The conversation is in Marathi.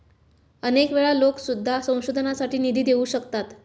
अनेक वेळा लोकं सुद्धा संशोधनासाठी निधी देऊ शकतात